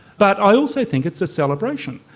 but i also think it's a celebration.